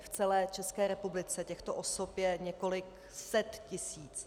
V celé České republice těchto osob je několik set tisíc.